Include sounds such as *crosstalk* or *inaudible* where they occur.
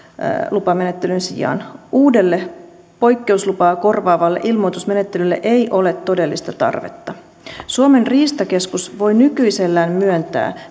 lupamenettelyn sijaan uudelle poikkeuslupaa korvaavalle ilmoitusmenettelylle ei ole todellista tarvetta suomen riistakeskus voi nykyisellään myöntää *unintelligible*